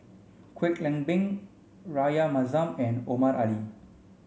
Kwek Leng Beng Rahayu Mahzam and Omar Ali